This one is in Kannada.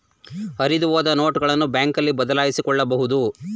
ಹರಿದುಹೋದ ನೋಟುಗಳನ್ನು ಬ್ಯಾಂಕ್ನಲ್ಲಿ ಬದಲಾಯಿಸಿಕೊಳ್ಳಬಹುದು